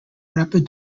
rapid